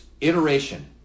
iteration